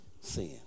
sin